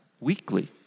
weekly